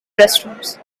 restrooms